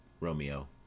Romeo